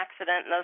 accident